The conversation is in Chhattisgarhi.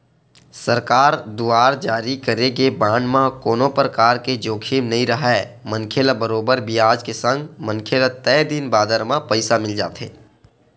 सरकार दुवार जारी करे गे बांड म कोनो परकार के जोखिम नइ राहय मनखे ल बरोबर बियाज के संग मनखे ल तय दिन बादर म पइसा मिल जाथे